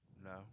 No